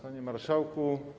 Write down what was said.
Panie Marszałku!